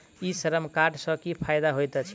ई श्रम कार्ड सँ की फायदा होइत अछि?